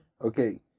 okay